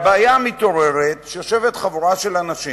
הבעיה מתעוררת כשיושבת חבורה של אנשים